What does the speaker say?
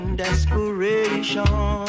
desperation